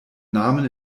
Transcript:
namen